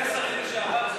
שני שרים לשעבר זה כמו שר אחד.